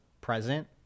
present